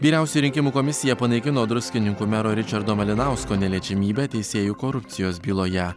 vyriausioji rinkimų komisija panaikino druskininkų mero ričardo malinausko neliečiamybę teisėjų korupcijos byloje